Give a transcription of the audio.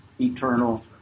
eternal